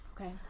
Okay